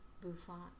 bouffant